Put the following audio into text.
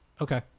Okay